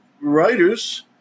writers